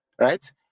right